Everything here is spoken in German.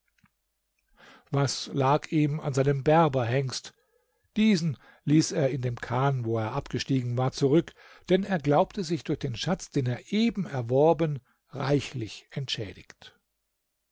was lag ihm an seinem berberhengst diesen ließ er in dem chan wo er abgestiegen war zurück denn er glaubte sich durch den schatz den er eben erworben reichlich entschädigt